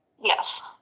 Yes